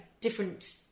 different